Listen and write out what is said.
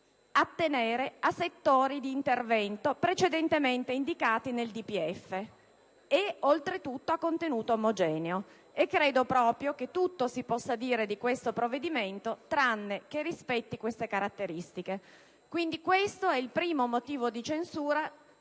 attenere a settori di intervento precedentemente indicati nel DPEF e, oltre tutto, a contenuto omogeneo. Credo proprio che tutto si possa dire del provvedimento in discussione tranne che rispetti tali caratteristiche. Questo è il primo motivo di censura